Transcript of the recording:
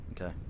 Okay